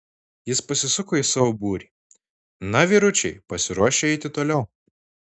jis pasisuko į savo būrį na vyručiai pasiruošę eiti toliau